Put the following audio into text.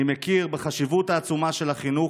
אני מכיר בחשיבות העצומה של החינוך,